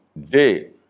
day